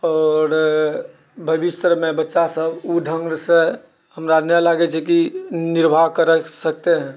आओर भविष्यमे बच्चा सब उ ढ़ङ्गसँ हमरा नहि लागै छै की निर्वाह करै सकतै